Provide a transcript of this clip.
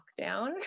lockdown